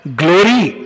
glory